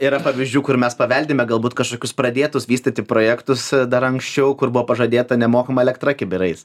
yra pavyzdžių kur mes paveldime galbūt kažkokius pradėtus vystyti projektus dar anksčiau kur buvo pažadėta nemokama elektra kibirais